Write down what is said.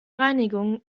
reinigung